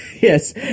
Yes